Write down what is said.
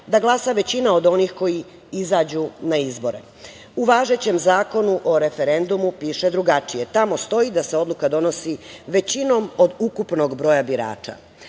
da glasa većina od onih koji izađu na izbore.U važećem Zakonu o referendumu piše drugačije. Tamo stoji da se odluka donosi većinom od ukupnog broja birača. Najveći